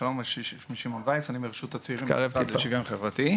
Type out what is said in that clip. אז שלום לכולם שמי שמעון וייס ואני מרשות הצעירים מהמשרד לשוויון חברתי.